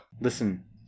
Listen